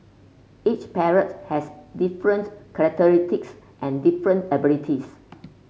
each parrot has different and different abilities